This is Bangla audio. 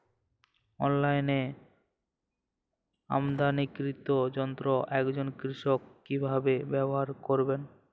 অনলাইনে আমদানীকৃত যন্ত্র একজন কৃষক কিভাবে ব্যবহার করবেন?